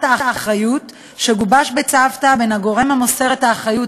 האחריות שגובש בצוותא בין הגורם המוסר את האחריות,